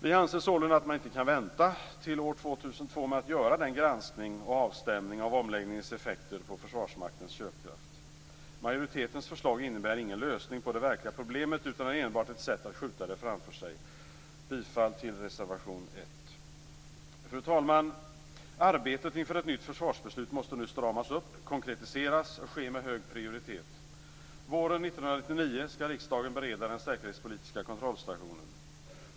Vi anser sålunda att man inte kan vänta till år 2002 med att göra denna granskning och avstämning av omläggningens effekter på Försvarsmaktens köpkraft. Majoritetens förslag innebär ingen lösning på det verkliga problemet utan är enbart ett sätt att skjuta det framför sig. Jag yrkar bifall till reservation 1. Fru talman! Arbetet inför ett nytt försvarsbeslut måste nu stramas upp, konkretiseras och ske med hög prioritet. Våren 1999 skall riksdagen bereda den säkerhetspolitiska kontrollstationen.